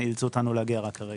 אילצו אותנו להגיע רק עכשיו.